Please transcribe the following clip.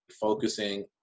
focusing